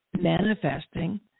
manifesting